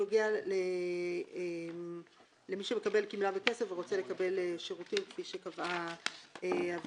נוגע למי שמקבל גמלה בכסף ורוצה לקבל שירותים כפי שקבעה הוועדה.